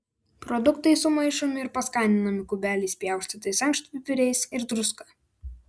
produktai sumaišomi ir paskaninami kubeliais pjaustytais ankštpipiriais ir druska